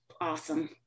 awesome